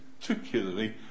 particularly